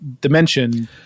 Dimension